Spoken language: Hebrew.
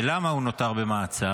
ולמה הוא נותר במעצר?